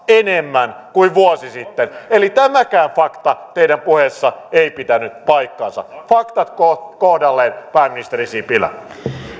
enemmän kuin vuosi sitten eli tämäkään fakta teidän puheessanne ei pitänyt paikkaansa faktat kohdalleen pääministeri sipilä